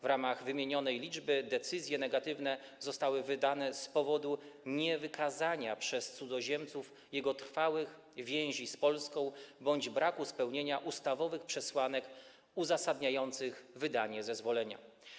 W ramach wymienionej liczby decyzje negatywne zostały wydane z powodu niewykazania przez cudzoziemca jego trwałych więzi z Polską bądź braku spełnienia ustawowych przesłanek uzasadniających wydanie zezwolenia.